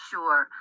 Sure